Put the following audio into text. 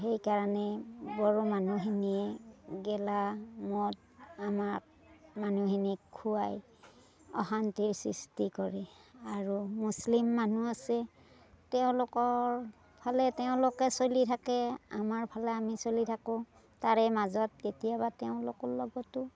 সেই কাৰণে বড়ো মানুহখিনিয়ে গেলা মদ আমাক মানুহখিনিক খোৱাই অশান্তিৰ সৃষ্টি কৰে আৰু মুছলিম মানুহ আছে তেওঁলোকৰ ফালে তেওঁলোকে চলি থাকে আমাৰ ফালে আমি চলি থাকোঁ তাৰে মাজত কেতিয়াবা তেওঁলোকৰ লগতো